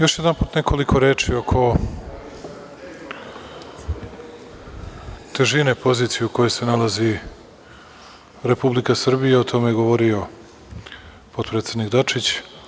Još jedanput nekoliko reči oko težine pozicije u kojoj se nalazi Republika Srbija i o tome je govorio potpredsednik Dačić.